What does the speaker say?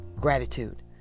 gratitude